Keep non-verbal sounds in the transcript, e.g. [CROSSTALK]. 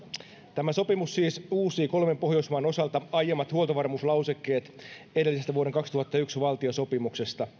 tämä sopimus siis uusii kolmen pohjoismaan osalta aiemmat huoltovarmuuslausekkeet edellisestä vuoden kaksituhattayksi valtiosopimuksesta [UNINTELLIGIBLE]